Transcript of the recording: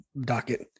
docket